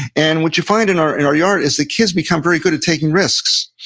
and what you find, in our and our yard, is that kids become very good at taking risks.